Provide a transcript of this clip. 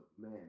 Man